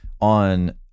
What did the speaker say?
on